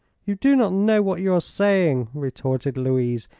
you do not know what you are saying, retorted louise,